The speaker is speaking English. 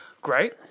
great